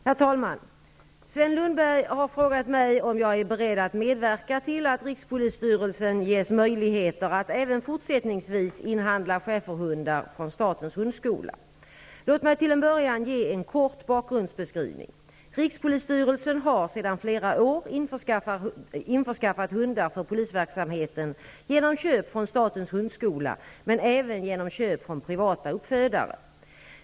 Herr talman! Sven Lundberg har frågat mig om jag är beredd att medverka till att rikspolisstyrelsen ges möjligheter att även fortsättningsvis inhandla schäferhundar från statens hundskola. Låt mig till en början ge en kort bakgrundsbeskrivning. Rikspolisstyrelsen har sedan flera år införskaffat hundar för polisverksamheten genom köp från statens hundskola, men även genom köp från privata uppfödare.